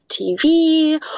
TV